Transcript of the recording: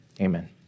amen